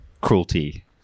cruelty